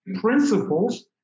principles